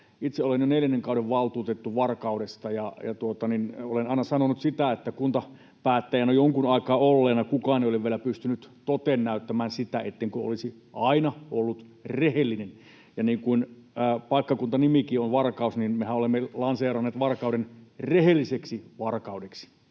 itse olen jo neljännen kauden valtuutettu Varkaudesta ja olen aina sanonut sitä, että kuntapäättäjänä jonkun aikaa olleena kukaan ei ole vielä pystynyt näyttämään toteen sitä, ettenkö olisi aina ollut rehellinen, ja niin kuin paikkakunnan nimikin on Varkaus, niin mehän olemme lanseeranneet Varkauden rehelliseksi Varkaudeksi.